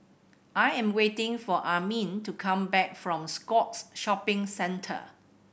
I am waiting for Armin to come back from Scotts Shopping Centre